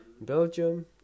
Belgium